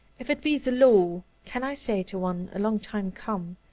if it be the law, can i say to one a long time come,